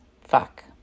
fuck